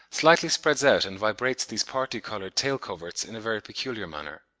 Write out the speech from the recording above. slightly spreads out and vibrates these parti-coloured tail-coverts in a very peculiar manner.